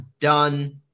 done